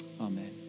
Amen